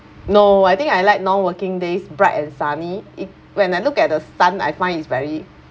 no I think I like non-working days bright and sunny it when I look at the sun I find it's very